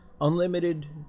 unlimited